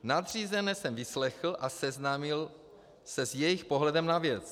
Nadřízené jsem vyslechl a seznámil se s jejich pohledem na věc.